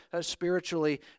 spiritually